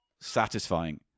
Satisfying